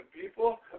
people